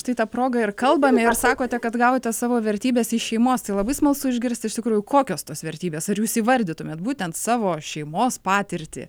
štai ta proga ir kalbame ir sakote kad gauvote savo vertybes iš šeimos tai labai smalsu išgirsti iš tikrųjų kokios tos vertybės ar jūs įvardytumėt būtent savo šeimos patirtį